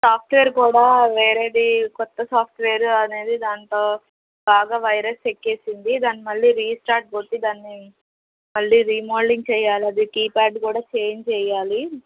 software కూడా వేరేది కొత్త సాఫ్ట్వేర్ అనేది దాంట్లో బాగా వైరస్ ఎక్కింది దాన్ని మళ్ళీ రీస్టార్ట్ కొట్టి దాన్ని మళ్ళీ రెమోడలింగ్ చేయాలి అది కీపాడ్ కూడా చేంజ్ చేయాలి